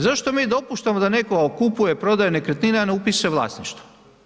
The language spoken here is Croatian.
Zašto mi dopuštamo da netko kupuje, prodaje nekretnine a ne upisuje vlasništvo?